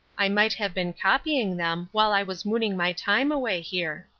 i might have been copying them while i was mooning my time away here.